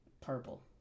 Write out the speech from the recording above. Purple